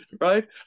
right